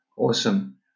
Awesome